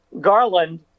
Garland